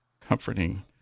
comforting